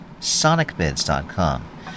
sonicbids.com